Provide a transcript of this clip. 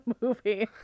movie